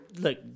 Look